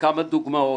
בכמה דוגמות.